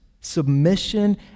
Submission